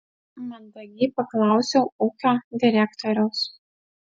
mandagiai paklausiau ūkio direktoriaus